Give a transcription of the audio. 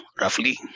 roughly